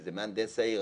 שזה מהנדס העיר,